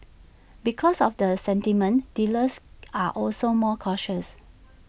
because of the sentiment dealers are also more cautious